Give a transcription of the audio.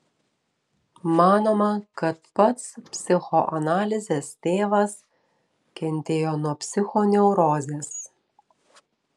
manoma kad pats psichoanalizės tėvas kentėjo nuo psichoneurozės